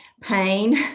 pain